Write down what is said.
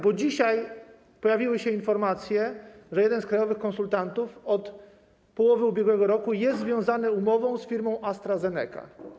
Bo dzisiaj pojawiły się informacje, że jeden z krajowych konsultantów od połowy ubiegłego roku jest związany umową z firmą AstraZeneca.